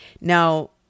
Now